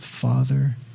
father